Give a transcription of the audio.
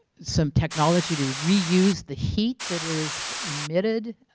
some technology to reuse the heat that is emitted